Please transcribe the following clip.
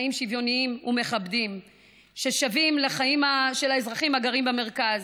חיים שוויוניים ומכבדים ששווים לחיים של האזרחים הגרים במרכז,